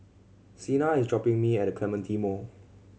Cena is dropping me at The Clementi Mall